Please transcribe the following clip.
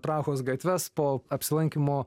prahos gatves po apsilankymo